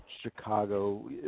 Chicago